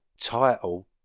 title